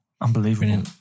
Unbelievable